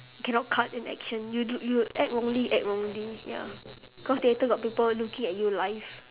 cannot cut in action you you act wrongly act wrongly ya because theatre got people looking at you live